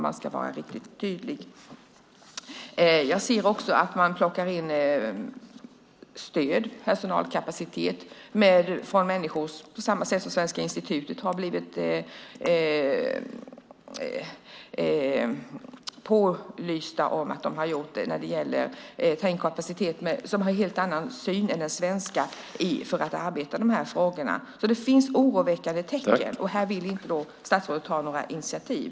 Man har påtalat att Svenska institutet har tagit in personalkapacitet som har helt annan syn än den svenska för att arbeta med de här frågorna. Det finns oroande tecken, och här vill inte statsrådet ta några initiativ.